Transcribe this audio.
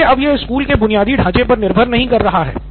इसलिए अब यह स्कूल के बुनियादी ढांचे पर निर्भर नहीं रहा है